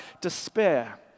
despair